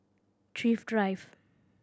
Thrift Drive